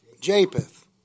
Japheth